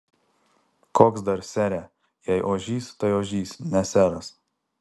koks dar sere jei ožys tai ožys ne seras